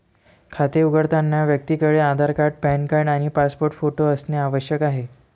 खाते उघडताना व्यक्तीकडे आधार कार्ड, पॅन कार्ड आणि पासपोर्ट फोटो असणे आवश्यक आहे